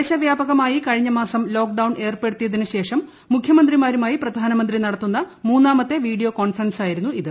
ദേശവ്യാപകമായി കഴിഞ്ഞമാസം ലോക്ഡൌൺ ഏർപ്പെടുത്തിയതിനുശേഷം മുഖ്യമന്ത്രിമാരുമായി പ്രധാനമന്ത്രി നടത്തുന്ന മൂന്നാമത്തെ വീഡിയോ കോൺഫറൻസാണിത്